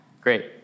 great